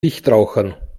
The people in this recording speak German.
nichtrauchern